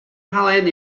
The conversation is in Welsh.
halen